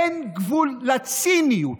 אין גבול לציניות.